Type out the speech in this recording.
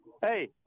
hey